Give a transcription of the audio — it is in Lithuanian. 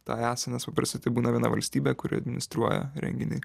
tą easa nes paprastai tai būna viena valstybė kuri administruoja renginį